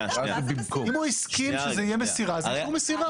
אם הוא הסכים שזאת תהיה מסירה, זה אישור מסירה.